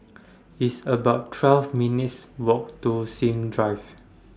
It's about twelve minutes' Walk to Sims Drive